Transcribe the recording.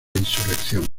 insurrección